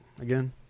again